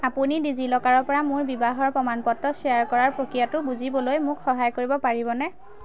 আপুনি ডিজিলকাৰৰপৰা মোৰ বিবাহৰ প্ৰমাণপত্ৰ শ্বেয়াৰ কৰাৰ প্ৰক্ৰিয়াটো বুজিবলৈ মোক সহায় কৰিব পাৰিবনে